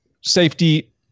safety